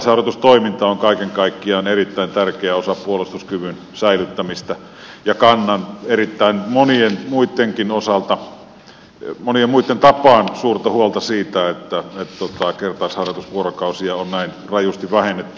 kertausharjoitustoiminta on kaiken kaikkiaan erittäin tärkeä osa puolustuskyvyn säilyttämistä ja kannan erittäin monien muitten tapaan suurta huolta siitä että kertausharjoitusvuorokausia on näin rajusti vähennetty